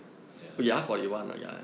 ya